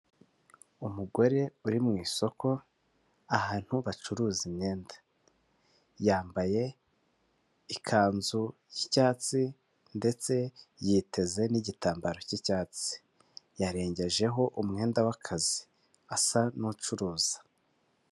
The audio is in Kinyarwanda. Umugore uri mu isoko ahantu bacuruza imyenda yambaye ikanzu y'icyatsi ndetse yiteze n'igitambaro cy'icyatsi yarengejeho umwenda w'akazi asa n'ucuruza.